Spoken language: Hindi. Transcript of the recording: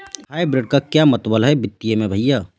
हाइब्रिड का क्या मतलब है वित्तीय में भैया?